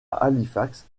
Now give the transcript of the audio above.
halifax